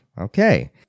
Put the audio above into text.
Okay